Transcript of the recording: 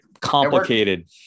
complicated